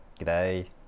g'day